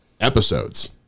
episodes